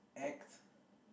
act